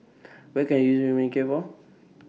What Can I use Manicare For